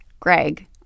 Greg